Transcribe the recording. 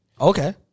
Okay